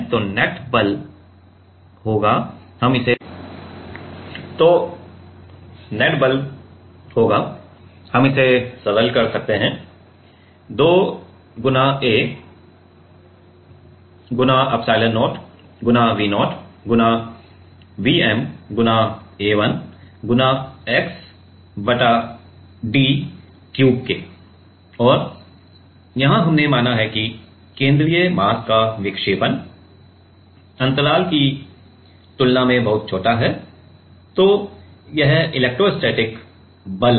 तो नेट बल होंगे हम इसे सरल कर सकते हैं 2 A एप्सिलॉन0 V 0 Vm A1 x बटा d क्यूब और यहाँ हमने माना है कि केंद्रीय मास का विक्षेपण अंतराल की तुलना में बहुत छोटा है तो यह इलेक्ट्रोस्टैटिक बल है